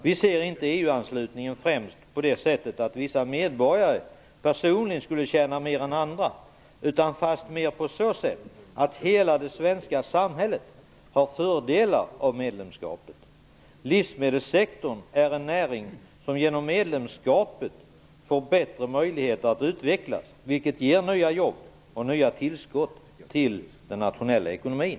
Vi ser inte EU-anslutningen främst på det sättet att vissa medborgare personligen skulle tjäna mer än andra utan mer på det sättet att hela det svenska samhället har fördelar av medlemskapet. Livsmedelssektorn är en näring som genom medlemskapet får bättre möjligheter att utvecklas, vilket ger nya jobb och tillskott till den nationella ekonomin.